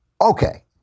Okay